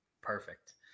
Perfect